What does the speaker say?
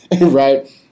right